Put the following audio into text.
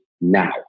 now